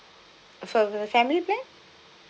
for the family plan